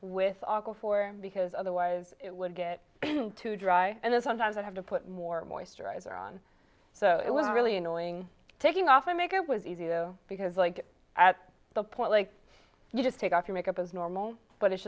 all four because otherwise it would get too dry and then sometimes i have to put more moisture eyes are on so it was really annoying taking off my makeup was easy though because like at the point like you just take off your makeup is normal but it's